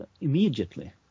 immediately